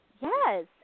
Yes